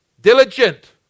Diligent